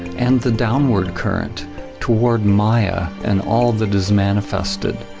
and the downward current toward maya and all that is manifested,